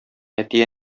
әти